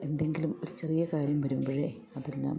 എന്തെങ്കിലും ഒരു ചെറിയ കാര്യം വരുമ്പോഴേ അതെല്ലാം